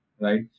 right